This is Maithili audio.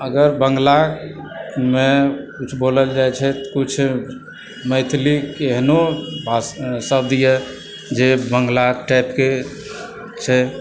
अगर बङ्गलामे किछु बोलल जाइत छै किछु मैथिलीक एहनो शब्दए जे बङ्गला टाइपके छै